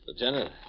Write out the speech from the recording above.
Lieutenant